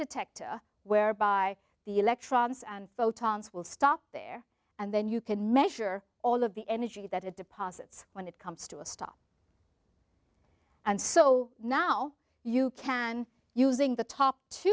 detector whereby the electrons and photons will stop there and then you can measure all of the energy that it deposits when it comes to a stop and so now you can using the top to